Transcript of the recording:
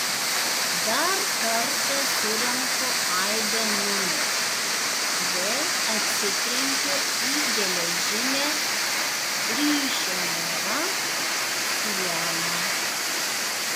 dar kartą surenku aido numerį vėl atsitrenkiu į geležinę ryšio nėra sieną